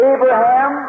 Abraham